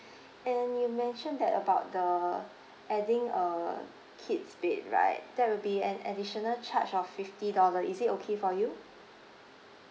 and you mentioned that about the adding a kid's bed right that will be an additional charge of fifty dollar is it okay for you